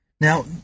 Now